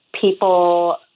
people